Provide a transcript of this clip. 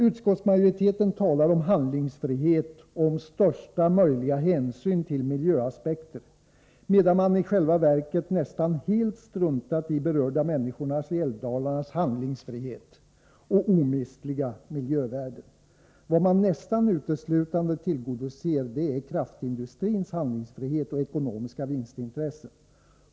Utskottsmajoriteten talar om handlingsfrihet och om största möjliga hänsyn till miljöaspekter, medan man i själva verket nästan helt struntat i de berörda människornas i älvdalarna handlingsfrihet och i omistliga miljövärden. Vad man nästan uteslutande tillgodoser är kraftindustrins handlingsfrihet och ekonomiska vinstintressen.